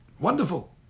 Wonderful